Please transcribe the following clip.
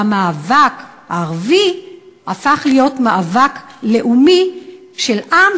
והמאבק הערבי הפך להיות מאבק לאומי של עם